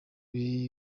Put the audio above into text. bintu